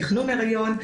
תכנון היריון.